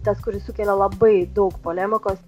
tas kuris sukelia labai daug polemikos